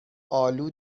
آلو